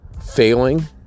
failing